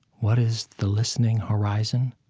what is the listening horizon?